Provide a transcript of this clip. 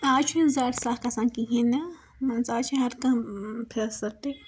آز چھُنہٕ زیادٕ سکھ آسان کہیٖنۍ نہٕ مان ژٕ آز چھُ ہر کانٛہہ فیسلٹی